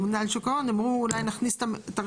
שהממונה על שוק ההון אמרו אולי נכניס את הרשימות